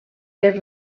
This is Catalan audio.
per